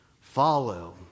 follow